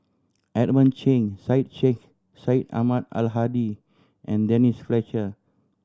Edmund Cheng Syed Sheikh Syed Ahmad Al Hadi and Denise Fletcher